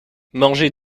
mangez